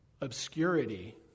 obscurity